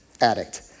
addict